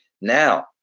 now